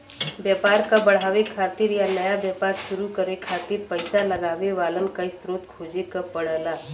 व्यापार क बढ़ावे खातिर या नया व्यापार शुरू करे खातिर पइसा लगावे वालन क स्रोत खोजे क पड़ला